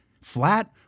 flat